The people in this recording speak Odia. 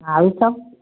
ଅଳୁଚପ